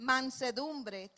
Mansedumbre